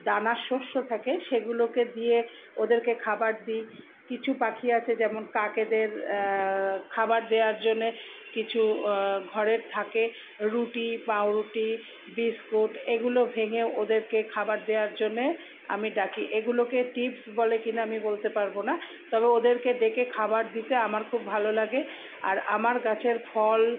দানা শস্য থাকে সেগুলোকে দিয়ে ওদেরকে খাবার দিই কিছু পাখি আছে যেমন কাকেদের খাবার দেওয়ার জন্যে কিছু ঘরের থাকে রুটি পাউরুটি বিস্কুট এগুলো ভেঙেও ওদেরকে খাবার দেওয়ার জন্যে আমি ডাকি এগুলোকে টিপস বলে কি না আমি বলতে পারবো না তবে ওদেরকে ডেকে খাবার দিতে আমার খুব ভালো লাগে আর আমার গাছের ফল